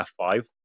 F5